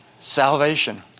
salvation